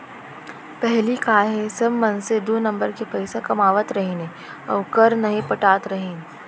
पहिली का हे सब मनसे दू नंबर के पइसा कमावत रहिन हे अउ कर नइ पटात रहिन